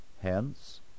Hence